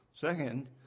Second